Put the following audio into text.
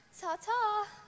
Ta-ta